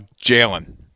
Jalen